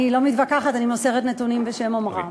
אני לא מתווכחת, אני מוסרת נתונים בשם אומרם.